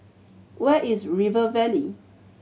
where is River Valley